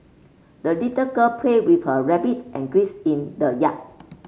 the little girl played with her rabbit and grace in the yard